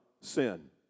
sin